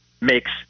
makes